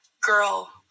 Girl